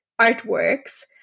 artworks